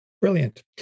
Brilliant